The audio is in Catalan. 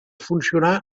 funcionar